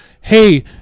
Hey